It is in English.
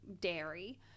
dairy